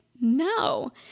no